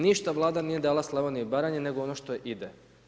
Ništa Vlada nije dala Slavoniji i Baranji nego ono što je ide.